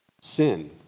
Sin